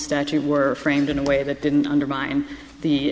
statute were framed in a way that didn't undermine the